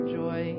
joy